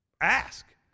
ask